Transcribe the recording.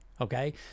okay